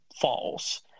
false